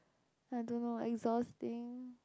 I don't know exhausting